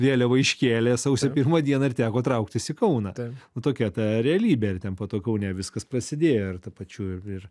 vėliavą iškėlė sausio pirmą dieną ir teko trauktis į kauną tokia ta realybė ir ten po to kaune viskas prasidėjo ir tuo pačiu ir ir